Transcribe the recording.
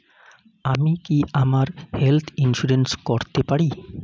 আমি কি আমার হেলথ ইন্সুরেন্স করতে পারি?